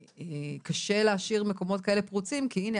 קשה להשאיר מקומות כאלה פרוצים כי הנה,